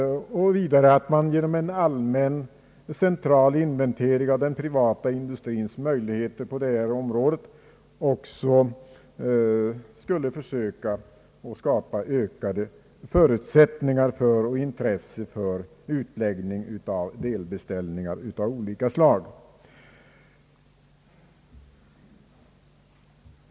Genom en allmän central inventering av den privata industrins möjligheter på detta område skulle man också försöka skapa ökade förutsättningar för och intresse för utläggning av delbeställningar av olika slag.